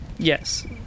Yes